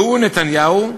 והוא, נתניהו,